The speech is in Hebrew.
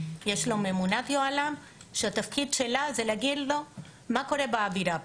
יש לו ממונת יוהל"ם שהתפקיד שלה זה להגיד לו מה האווירה פה.